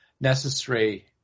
necessary